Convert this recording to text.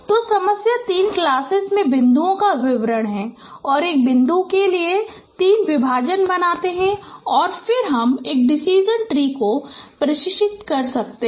तो समस्या 3 क्लासेस में बिन्दुओं का वर्गीकरण है और एक बिंदु के लिए 3 विभाजन बनाते हैं और फिर हम एक डिसिजन ट्री को प्रशिक्षित कर सकते हैं